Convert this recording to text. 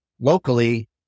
locally